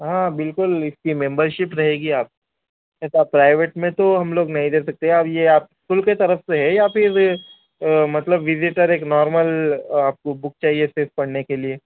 ہاں بالکل اس کی ممبر شپ رہے گی آپ پرائیوٹ میں تو ہم لوگ نہیں دے سکتے اور یہ آپ اسکول کے طرف سے ہے یا پھر مطلب وزیٹر ایک نارمل آپ کو بک چاہیے صرف پڑھنے کے لیے